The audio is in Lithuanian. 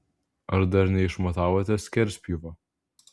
ar dar neišmatavote skerspjūvio